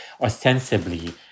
ostensibly